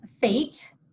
fate